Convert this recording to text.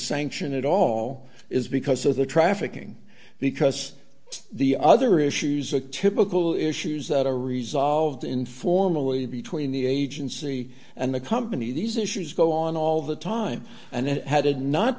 sanction at all is because of the trafficking because the other issues a typical issues that are resolved informally between the agency and the company these issues go on all the time and it had not